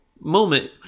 moment